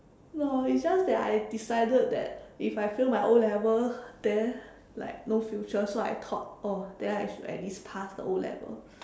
no it's just that I decided that if I fail my O-level then like no future so I thought oh then I should at least pass the O-level